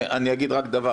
אני יודע כבר